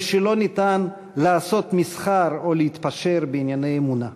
ושלא ניתן "'לעשות מסחר' או להתפשר בענייני אמונה".